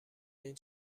این